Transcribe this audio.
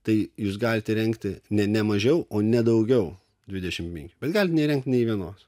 tai jūs galite įrengti ne ne mažiau o ne daugiau dvidešimt penkių bet gali neįrengti nė vienos